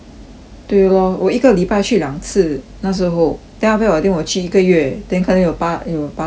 对 lor 我一个礼拜去两次那时候 then after that I think 我去一个月 then 可能有八有八到十次了